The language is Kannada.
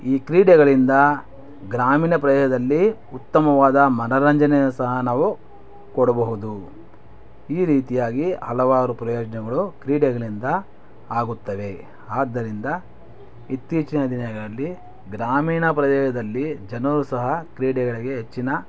ಈ ಕ್ರೀಡೆಗಳಿಂದ ಗ್ರಾಮೀಣ ಪ್ರದೇಯಲ್ಲಿ ಉತ್ತಮವಾದ ಮನೋರಂಜನೆಯನ್ನು ಸಹ ನಾವು ಕೊಡಬಹುದು ಈ ರೀತಿಯಾಗಿ ಹಲವಾರು ಪ್ರಯೋಜನಗಳು ಕ್ರೀಡೆಗಳಿಂದ ಆಗುತ್ತವೆ ಆದ್ದರಿಂದ ಇತ್ತೀಚಿನ ದಿನಗಳಲ್ಲಿ ಗ್ರಾಮೀಣ ಪ್ರದೇಶದಲ್ಲಿ ಜನರು ಸಹ ಕ್ರೀಡೆಗಳಿಗೆ ಹೆಚ್ಚಿನ